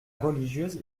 religieuse